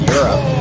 Europe